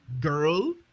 girl